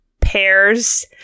pairs